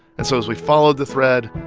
and so as we followed the thread,